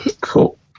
Cool